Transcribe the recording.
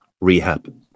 rehab